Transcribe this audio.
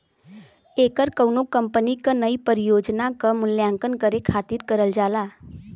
ऐकर कउनो कंपनी क नई परियोजना क मूल्यांकन करे खातिर करल जाला